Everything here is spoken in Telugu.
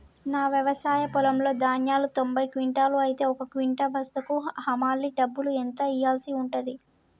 నా వ్యవసాయ పొలంలో ధాన్యాలు తొంభై క్వింటాలు అయితే ఒక క్వింటా బస్తాకు హమాలీ డబ్బులు ఎంత ఇయ్యాల్సి ఉంటది?